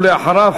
ואחריו,